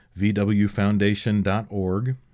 vwfoundation.org